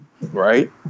Right